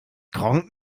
gronkh